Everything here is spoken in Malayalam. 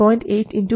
8 vi ആണ്